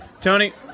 Tony